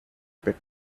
pit